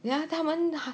then 他他们